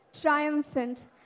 triumphant